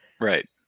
Right